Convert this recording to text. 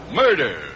murder